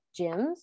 gyms